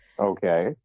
Okay